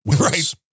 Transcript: right